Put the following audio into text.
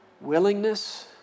Willingness